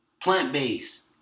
plant-based